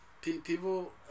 people